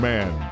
Man